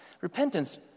Repentance